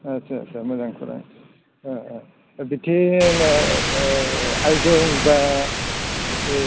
आदसा आदसा मोजां खौरां बिथिं आयजं बा